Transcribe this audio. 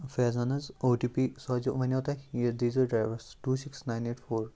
فیضان حظ O T P سوزیو وَنیٚو تۄہہ یہِ دیزیٚو ڈرایورَس two six nine eight four